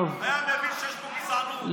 היה מבין שיש פה גזענות.